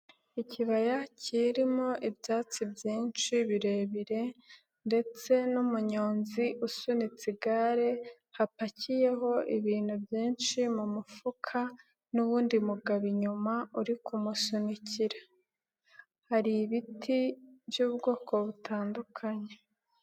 Ikibaya kirimo ibyatsi byinshi birebire ndetse n'umunyonzi usunitse igare hapakiyeho ibintu byinshi mu mufuka n'uwundi mugabo inyuma uri kumusunikira, hari ibiti by'ubwoko butandukanye.